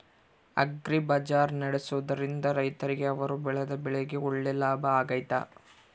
Agri ಬಜಾರ್ ನಡೆಸ್ದೊರಿಂದ ರೈತರಿಗೆ ಅವರು ಬೆಳೆದ ಬೆಳೆಗೆ ಒಳ್ಳೆ ಲಾಭ ಆಗ್ತೈತಾ?